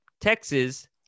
Texas